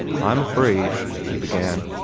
i'm afraid he began.